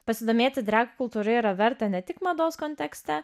pasidomėti drag kultūra yra verta ne tik mados kontekste